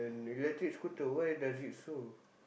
electric scooter why does it so